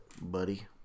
Buddy